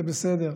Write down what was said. זה בסדר,